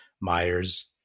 Myers